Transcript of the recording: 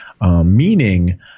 meaning